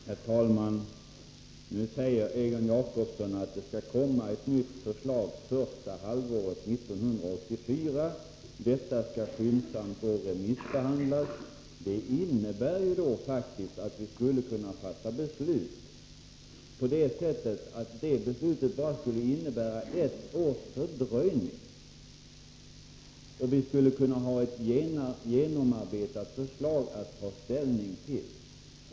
Herr talman! Nu säger Egon Jacobsson att det skall komma ett nytt förslag under första halvåret 1984 och att detta då skyndsamt skall remissbehandlas. Det innebär ju faktiskt att vi skulle kunna fatta ett beslut som innebär att det bara blir ett års fördröjning, och vi skulle sedan ha ett genomarbetat förslag att ta ställning till.